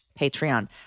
Patreon